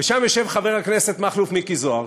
ושם יושב חבר הכנסת מכלוף מיקי זוהר,